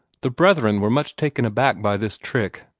the brethren were much taken aback by this trick,